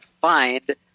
find